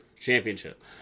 championship